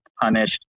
punished